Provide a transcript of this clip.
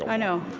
i know,